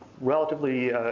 relatively